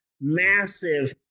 massive